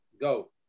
Go